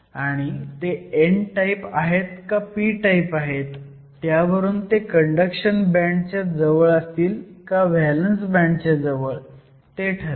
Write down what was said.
आणि ते n type आहेत का p टाईप आहेत त्यावरून ते कंडक्शन बँड च्या जवळ असतील का व्हॅलंस बँड च्या जवळ ते ठरेल